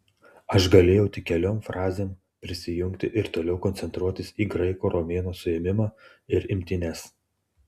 aš galėjau tik keliom frazėm prisijungti ir toliau koncentruotis į graiko romėno suėmimą ir imtynes